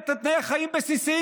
מספיק.